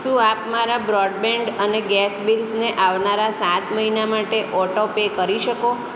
શું આપ મારા બ્રોડબેન્ડ અને ગેસ બિલ્સને આવનારા સાત મહિના માટે ઓટો પે કરી શકો